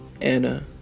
Anna